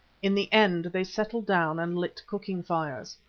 in the end they settled down and lit cooking fires.